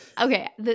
okay